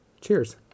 cheers